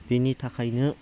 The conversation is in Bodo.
बेनि थाखायनो